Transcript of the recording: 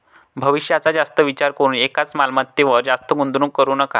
भविष्याचा जास्त विचार करून एकाच मालमत्तेवर जास्त गुंतवणूक करू नका